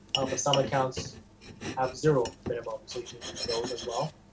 although some accounts have zero minimum so you can use those as well.